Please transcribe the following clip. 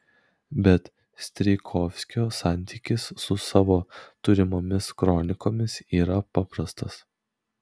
bet strijkovskio santykis su savo turimomis kronikomis yra paprastas